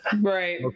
right